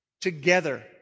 together